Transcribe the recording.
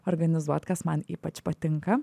organizuot kas man ypač patinka